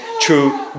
true